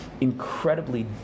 incredibly